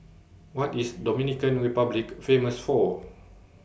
What IS Dominican Republic Famous For